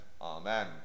Amen